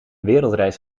wereldreis